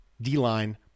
D-line